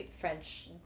French